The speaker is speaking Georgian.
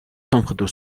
სამხედრო